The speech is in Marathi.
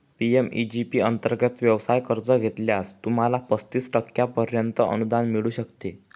पी.एम.ई.जी पी अंतर्गत व्यवसाय कर्ज घेतल्यास, तुम्हाला पस्तीस टक्क्यांपर्यंत अनुदान मिळू शकते